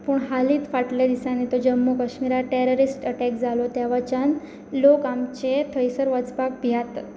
पूण हालींच फाटल्या दिसांनी तो जम्मू कश्मिराक टॅररिस्ट अटॅक जालो त्या वाच्यान लोक आमचे थंयसर वचपाक भियातात